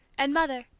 and, mother,